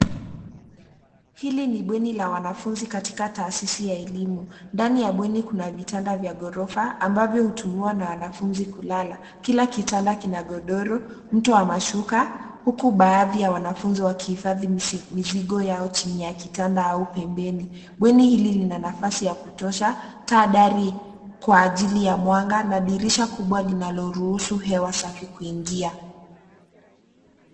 Hili ni bweni la wanafunzi katika taasisi ya elimu. Ndani ya bweni kuna vitanda vya ghorofa ambavyo hutumiwa na wanafunzi kulala. Kila kitanda kina godoro, mto wa mashuka huku baadhi ya wanafunzi wakihifadhi mizigo yao chini ya kitanda au pembeni. Bweni hili lina nafasi ya kutosha, taa dari kwa ajili ya mwanga na dirisha kubwa linaloruhusu hewa safi kuingia.